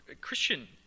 Christian